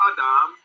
Adam